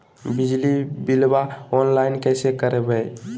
बिजली बिलाबा ऑनलाइन कैसे करबै?